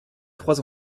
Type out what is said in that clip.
trois